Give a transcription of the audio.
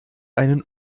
einen